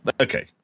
Okay